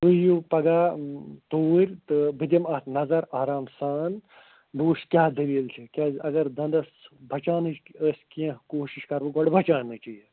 تُہۍ یِیِو پگاہ توٗرۍ تہٕ بہٕ دِمہٕ اَتھ نظر آرام سان بہٕ وُچھٕ کیٛاہ دٔلیٖل چھِ کیٛازِ اَگر دَنٛدَس بچاونٕچ ٲسۍ کیٚنٛہہ کوٗشِش کَرٕ بہٕ گۄڈٕ بچاونِچٕے